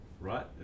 Right